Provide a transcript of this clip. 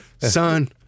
Son